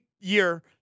year